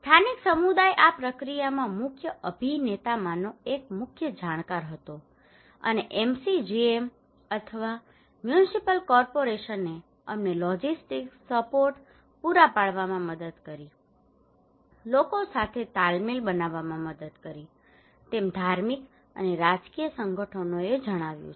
સ્થાનિક સમુદાય આ પ્રક્રિયામાં મુખ્ય અભિનેતામાંનો એક મુખ્ય જાણકાર હતો અને MCGM અથવા મ્યુનિસિપલ કોર્પોરેશનોએ અમને લોજિસ્ટિક્સ સપોર્ટ પૂરા પાડવામાં મદદ કરી લોકો સાથે તાલમેલ બનાવવામાં મદદ કરી તેમ ધાર્મિક અને રાજકીય સંગઠનોએ જણાવ્યું છે